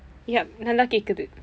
yup நல்லா கேட்கிறது:nallaa keetkirathu